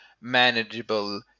manageable